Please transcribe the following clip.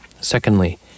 Secondly